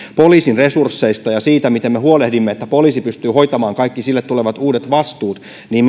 poliisin resursseista ja siitä miten me huolehdimme että poliisi pystyy hoitamaan kaikki sille tulevat uudet vastuut niin